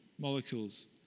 molecules